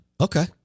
okay